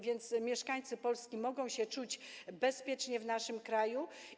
Więc mieszkańcy Polski mogą się czuć bezpiecznie w naszym kraju.